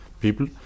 people